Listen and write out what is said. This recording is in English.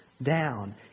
down